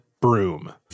broom